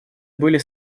были